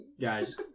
Guys